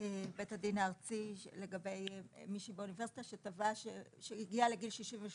בית הדין הארצי לגבי מישהי באוניברסיטה שהגיעה לגיל 67